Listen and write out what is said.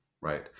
right